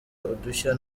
udushya